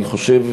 אני חושב,